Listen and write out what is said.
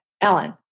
Ellen